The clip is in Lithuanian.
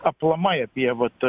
aplamai apie vat